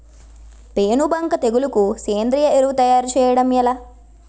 పేను బంక తెగులుకు సేంద్రీయ ఎరువు తయారు చేయడం ఎలా?